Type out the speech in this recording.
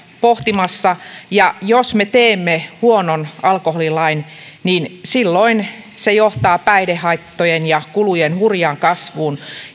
pohtimassa ja jos me teemme huonon alkoholilain niin silloin se johtaa päihdehaittojen ja kulujen hurjaan kasvuun